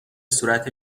صورت